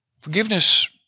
Forgiveness